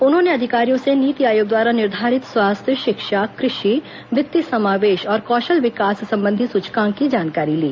उन्होंने अधिकारियों से नीति आयोग द्वारा निर्धारित स्वास्थ्य शिक्षा कृषि वित्तीय समावेश और कौशल विकास संबंधी सूचकांक की जानकारी ली